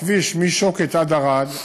הכביש משוקת עד ערד,